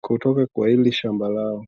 kutoka na hili shamba lao.